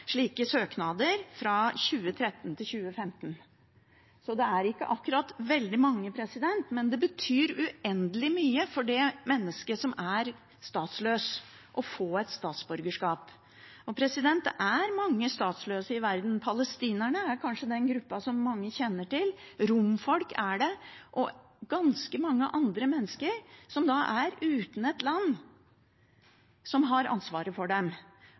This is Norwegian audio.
slike søknader fra 2013 til 2015. Det er ikke akkurat veldig mange, men det betyr uendelig mye for det mennesket som er statsløst, å få et statsborgerskap. Det er mange statsløse i verden. Palestinerne er kanskje den gruppa som mange kjenner til. Romfolk er det, og ganske mange andre mennesker er uten et land som har ansvar for dem.